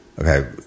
Okay